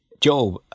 Job